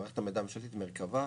מערכת המידע הממשלתית מרכב"ה,